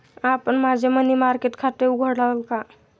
आपण माझे money market खाते उघडाल का?